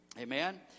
Amen